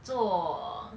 做